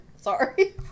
Sorry